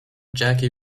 jackie